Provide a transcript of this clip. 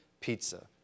pizza